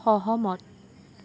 সহমত